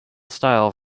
style